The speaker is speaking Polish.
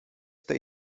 tej